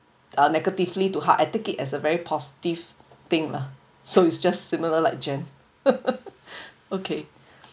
uh negatively to heart I take it as a very positive thing lah so it's just similar like jen okay